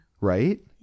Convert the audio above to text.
Right